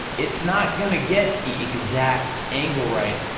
um it's not gonna get the exact angle right,